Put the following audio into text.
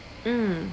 mm